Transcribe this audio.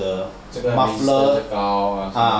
这个比这个高